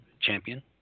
Champion